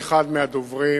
כל אחד מהדוברים